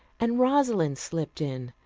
and rosalind slipped in,